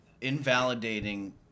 Invalidating